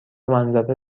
منظره